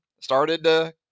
started